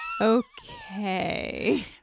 Okay